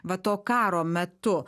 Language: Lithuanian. va to karo metu